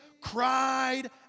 cried